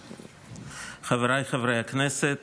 חבריי חברי הכנסת,